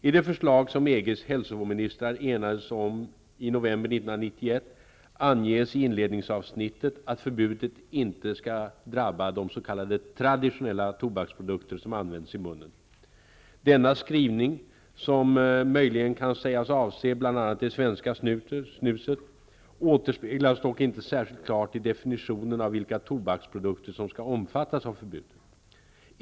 I det förslag som EG:s hälsoministrar enades om i november 1991 anges i inledningsavsnittet att förbudet inte skall drabba de s.k. traditionella tobaksprodukter som används i munnen. Denna skrivning, som möjligen kan sägas avse bl.a. det svenska snuset, återspeglas dock inte särskilt klart i definitionen av vilka tobaksprodukter som skall omfattas av förbudet.